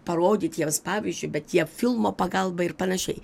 parodyt jiems pavyzdžiui bet jie filmo pagalba ir panašiai